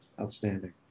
outstanding